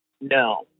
No